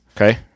okay